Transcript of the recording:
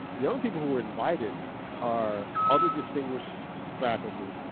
the only people who are invited are other distinguished faculty,